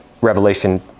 Revelation